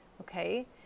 okay